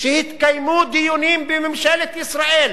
שהתקיימו דיונים בממשלת ישראל,